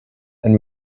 and